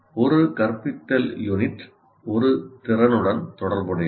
ஒரு கற்பித்தல் யூனிட் ஒரு திறனுடன் தொடர்புடையது